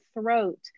throat